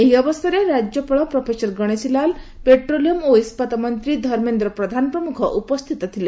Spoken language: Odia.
ଏହି ଅବସରରେ ରାଜ୍ୟପାଳ ପ୍ରଫେସର ଗଣେଶୀ ଲାଲ୍ ପେଟ୍ରୋଲିୟମ୍ ଓ ଇସ୍କାତ ମନ୍ତ୍ରୀ ଧର୍ମେନ୍ଦ୍ର ପ୍ରଧାନ ପ୍ରମୁଖ ଉପସ୍ଥିତ ଥିଲେ